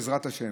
בעזרת השם,